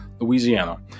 Louisiana